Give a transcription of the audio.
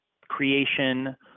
creation